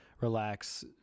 relax